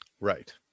right